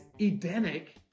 Edenic